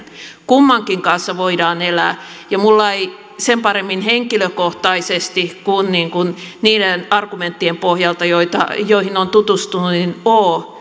kummankin kanssa voidaan elää minulla ei sen paremmin henkilökohtaisesti kuin niiden argumenttien pohjalta joihin olen tutustunut ole